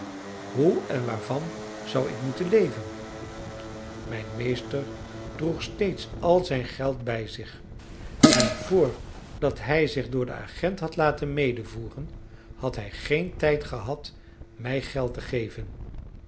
hoe en waarvan zou ik moeten leven mijn meester droeg steeds al zijn geld bij zich en vr dat hij zich door den agent had laten medevoeren had hij geen tijd gehad mij geld te geven